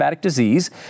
disease